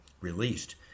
released